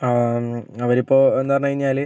ആ അവരിപ്പോൾ എന്ന് പറഞ്ഞു കഴിഞ്ഞാല്